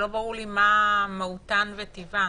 שלא ברור לי מה מהותן או טיבן.